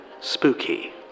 spooky